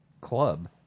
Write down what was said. Club